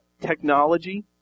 technology